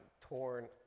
torn